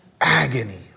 Agony